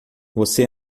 você